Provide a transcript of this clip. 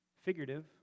figurative